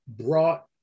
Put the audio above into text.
brought